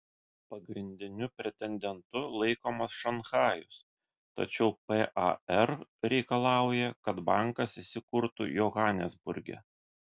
pagrindiniu pretendentu laikomas šanchajus tačiau par reikalauja kad bankas įsikurtų johanesburge